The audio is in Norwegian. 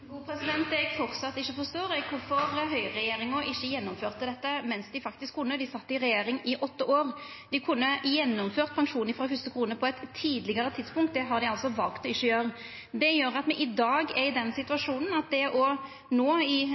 forstår, er kvifor høgreregjeringa ikkje gjennomførte dette mens dei faktisk kunne. Dei sat i regjering i åtte år. Dei kunne gjennomført pensjon frå fyrste krone på eit tidlegare tidspunkt. Det har dei altså valt å ikkje gjera. Det gjer at me i dag er i den situasjonen at det å signalisera, no i